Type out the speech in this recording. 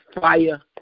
fire